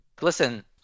listen